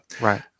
right